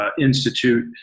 institute